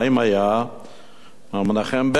היה מנחם בגין.